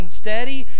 steady